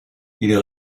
ils